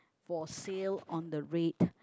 for sale on the red